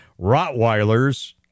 rottweilers